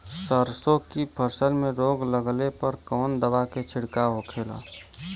सरसों की फसल में रोग लगने पर कौन दवा के छिड़काव होखेला?